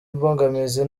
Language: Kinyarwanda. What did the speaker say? mbogamizi